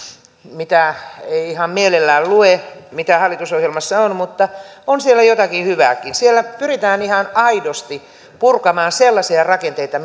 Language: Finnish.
mitä ei ihan mielellään lue mitä hallitusohjelmassa on mutta on siellä jotakin hyvääkin siellä pyritään ihan aidosti purkamaan sellaisia rakenteita